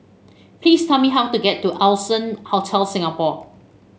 please tell me how to get to Allson Hotel Singapore